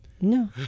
No